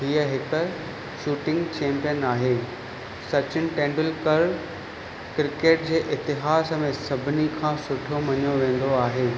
हीअ हिकु shooting champion आहे सचिन तेंदूलकर क्रिकेट जे इतिहास में सभिनी खां सुठो मञियो वेंदो आहे